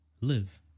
live